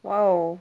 !wow!